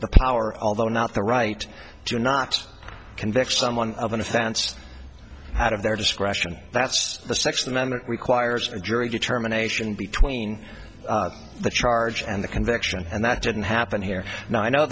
the power although not the right to not convict someone of an offense out of their discretion that's the second amendment requires a jury determination between the charge and the conviction and that didn't happen here and i know